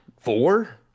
Four